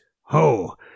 Ho